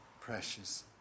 precious